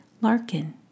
Larkin